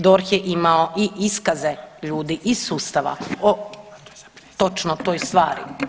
DORH je imamo i iskaze ljudi iz sustava o točno toj stvari.